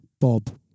Bob